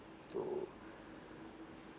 to